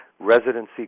residency